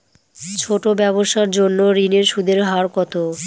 ছোট ব্যবসার জন্য ঋণের সুদের হার কত?